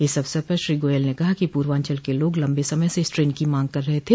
इस अवसर पर श्री गोयल ने कहा कि पूर्वांचल के लोग लंबे समय से इस ट्रेन की मांग कर रहे थे